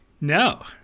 No